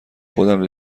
خودم